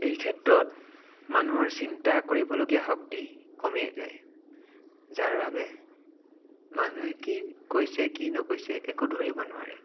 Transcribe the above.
এই ক্ষেত্ৰত মানুহৰ চিন্তা কৰিবলগীয়া শক্তি কমি যায় যাৰ বাবে মানুহে কি কৈছে কি নকৈছে একো ধৰিব নোৱাৰে